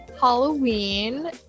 Halloween